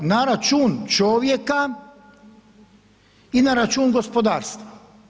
Na račun čovjeka i na račun gospodarstva.